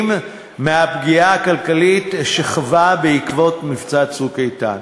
מהפגיעה הכלכלית שחווה בעקבות מבצע "צוק איתן".